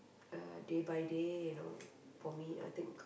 uh day by day you know for me I think